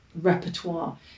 repertoire